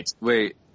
Wait